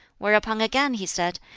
whereupon again he said,